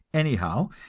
anyhow,